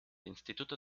instituto